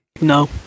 No